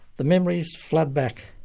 the memories flood back.